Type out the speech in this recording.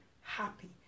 happy